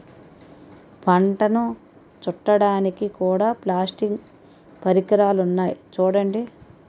పంటను చుట్టడానికి కూడా ప్లాస్టిక్ పరికరాలున్నాయి చూడండి